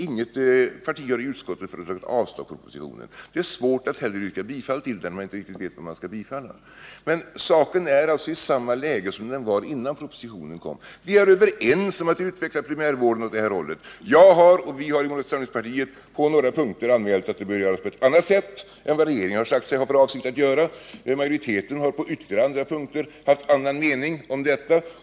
Inget parti har i utskottet föreslagit avslag på propositionen. Det är svårt att yrka bifall till den, då man inte riktigt vet vad man skall bifalla. Saken befinner sig alltså i samma läge som den befann sig innan propositionen kom. Vi är överens om att utveckla primärvården åt det här hållet. Jag har och vi i moderata samlingspartiet har på några punkter anmält att det bör göras på ett annat sätt än det på vilket regeringen har för avsikt att göra, och majoriteten har på ytterligare andra punkter haft en annan mening om detta.